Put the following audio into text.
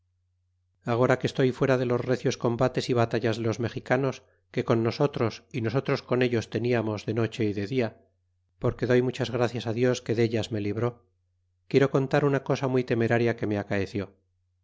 agora que estoy fuera de los recios combates y batallas de los mexicanos que con nosotros y nosotros con ellos teniamos de noche y de dia porque doy muchas gracias á dios que dellas me libré quiero contar una cosa muy temeraria que me acaeció